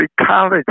college